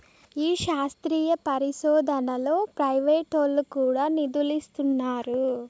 ఈ శాస్త్రీయ పరిశోదనలో ప్రైవేటోల్లు కూడా నిదులిస్తున్నారు